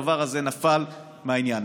והדבר הזה נפל מהעניין.